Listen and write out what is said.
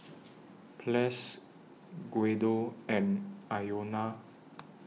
Ples Guido and Iona